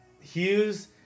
Hughes